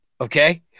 okay